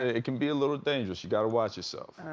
it can be a little dangerous. you gotta watch yourself.